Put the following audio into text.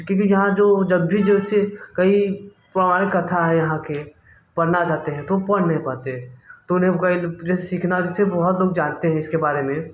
क्योंकि जहाँ जो जब भी जैसे कई पौराणिक कथा है यहाँ के पढ़ना चाहते है तो पढ़ नहीं पाते तो उन्हें कई जैसे सीखना उसे बहुत लोग जानते हैं इसके बारे में